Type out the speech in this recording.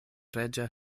reĝa